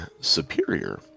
superior